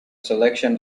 selection